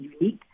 unique